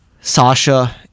Sasha